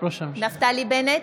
נפתלי בנט,